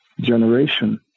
generation